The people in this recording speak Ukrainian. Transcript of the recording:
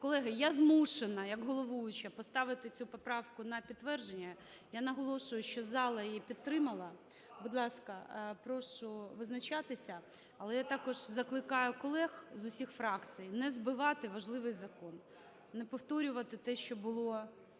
Колеги, я змушена як головуюча поставити цю поправку на підтвердження. Я наголошую, що зала її підтримала. Будь ласка, прошу визначатися. Але я також закликаю колег з усіх фракцій не збивати важливий закон, не повторювати те, що було